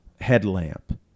headlamp